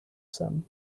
some